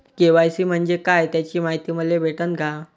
KYC म्हंजे काय त्याची मायती मले भेटन का?